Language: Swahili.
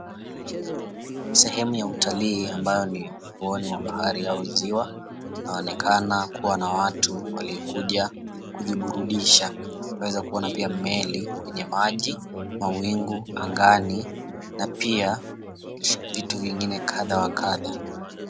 Sehemu ya utalii ambayo ni ufuoni mwa bahari au ziwa. Linaonekana kuwa na watu waliokuja kujiburudisha. Tunaweza kuona pia meli kwenye maji, mawingu angani na pia vitu vingine kadha wa kadha.